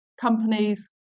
companies